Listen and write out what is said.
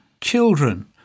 children